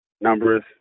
numbers